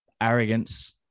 arrogance